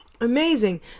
Amazing